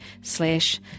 slash